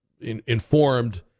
informed